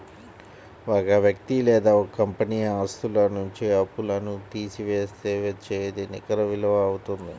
ఒక వ్యక్తి లేదా ఒక కంపెనీ ఆస్తుల నుంచి అప్పులను తీసివేస్తే వచ్చేదే నికర విలువ అవుతుంది